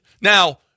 now